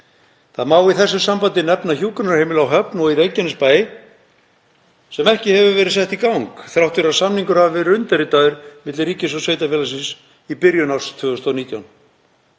Það má í þessu sambandi nefna hjúkrunarheimili á Höfn og í Reykjanesbæ sem ekki hafa verið sett í gang þrátt fyrir að samningur hafi verið undirritaður milli ríkis og sveitarfélagsins í byrjun árs 2019.